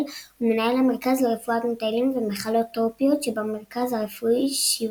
ומנהל המרכז לרפואת מטיילים ומחלות טרופיות במרכז הרפואי שיבא.